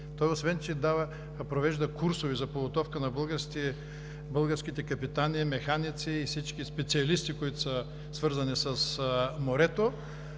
Той, освен че провежда курсове за подготовка на българските капитани, механици и всички специалисти, които са свързани с морето,